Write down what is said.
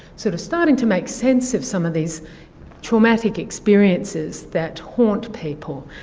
sort of starting to make sense of some of these traumatic experiences that haunt people.